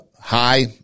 high